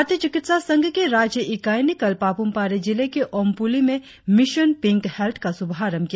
भारतीय चिकित्सा संघ की राज्य इकाई ने कल पापुम पारे जिले के ओमपुली में मिशन पिंक हेल्थ का शुभारम्भ किया